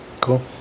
Cool